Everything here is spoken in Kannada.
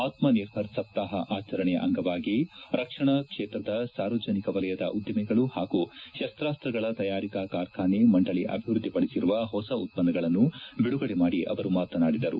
ಆತ್ಮನಿರ್ಭರ್ ಸಪ್ತಾಪ ಆಚರಣೆಯ ಅಂಗವಾಗಿ ರಕ್ಷಣಾ ಕ್ಷೇತ್ರದ ಸಾರ್ವಜನಿಕ ವಲಯದ ಉದ್ದಿಮೆಗಳು ಹಾಗೂ ಶಸ್ತಾಸ್ತ್ರಗಳ ತಯಾರಿಕಾ ಕಾರ್ಖಾನೆ ಮಂಡಳಿ ಅಭಿವೃದ್ದಿ ಪಡಿಸಿರುವ ಹೊಸ ಉತ್ಪನ್ನಗಳನ್ನು ಬಿಡುಗಡೆ ಮಾಡಿ ಅವರು ಮಾತನಾಡಿದರು